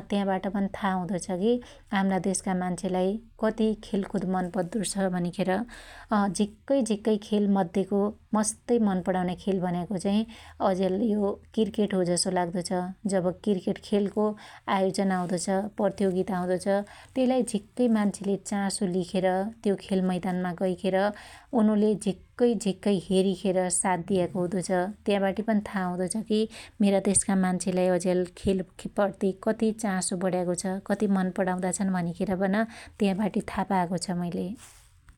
अत्या बाट पनि था हुदो छ की हाम्रा देशका मान्छेलाई कति खेलकुद मन पद्दोछ भनिखेर अझिक्कै झिक्कै खेल मध्येको मस्तै मन पणाउन्या खेल भनेको चाहि अज्याल यो क्रिकेट हो जसो लाग्दो छ । जब क्रिकेट खेलको प्रतियोगिता हुदो छ आयोजना हुदो छ त्यइलाई झिक्कै मान्छेले चासो लिखेर त्यो खेल मैदानमा गैखेर उनुले झिक्कै झिक्कै हेरीखेर साथ दियाको हुदो छ । त्याबाटि पन था हुदो छ की मेरा देशका मान्छेलाई अज्याल खेल प्रति कति चासो बढ्याको छ m कति मन पणाउदा छन भनिखेर पन त्या बाटी था पायाको छ मुईले